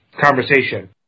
conversation